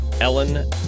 Ellen